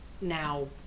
now